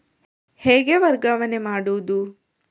ಹೇಗೆ ವರ್ಗಾವಣೆ ಮಾಡುದು?